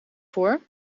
voor